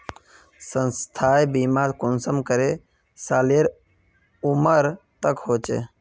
स्वास्थ्य बीमा कुंसम करे सालेर उमर तक होचए?